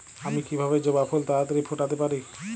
আমি কিভাবে জবা ফুল তাড়াতাড়ি ফোটাতে পারি?